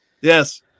Yes